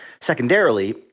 secondarily